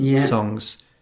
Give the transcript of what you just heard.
songs